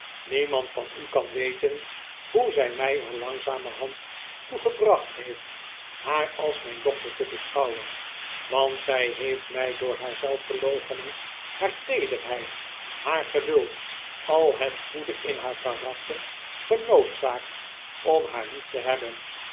niemand van u kan weten hoe zij mij er langzamerhand toe gebracht heeft haar als mijn dochter te beschouwen want zij heeft mij door haar zelfverloochening haar teederheid haar geduld al het goede in haar karakter genoodzaakt om haar lief te hebben